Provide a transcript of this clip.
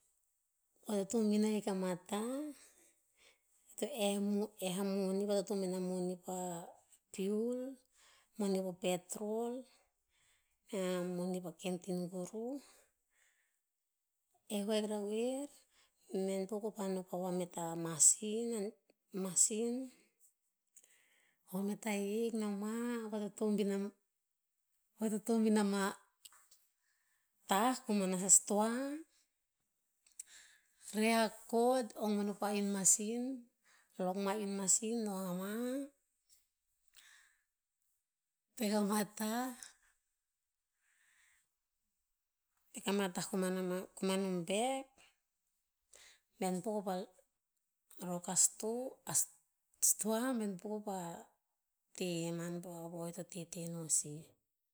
Vatotobin ahik ama tah, to eh a moni ama mo'eh a moni, vatotobin a moni pa piul, moni pa petrol mea moni pa canteen kuruh. Eh vahik rah oer, menpo ko pa vanoh wapa vamet a masin, masin. Wamet ahik noma vatotobin ama- vatotobin ama tah komana stoa. Reh a cord ong manu pa iun masin, lock ma iun masin. Noma va peah ma tah. Pack ama tah komanama- komano bek, menpo pah lock a sto- stoa menpo pa te'eh man po a von eo to teteh non sih.